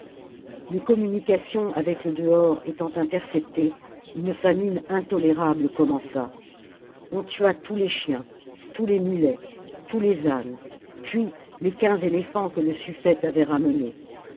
les communications avec le dehors étant interceptées une famine intolérable commença on tua tous les chiens tous les mulets tous les ânes puis les quinze éléphants que le suffete avait ramenés